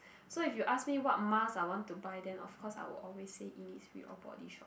so if you ask me what mask I want to buy then of course I'd always say Innisfree or Body Shop